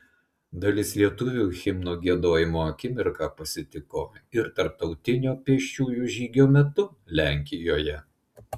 dalis lietuvių himno giedojimo akimirką pasitiko ir tarptautinio pėsčiųjų žygio metu lenkijoje